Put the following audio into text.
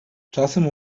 czasem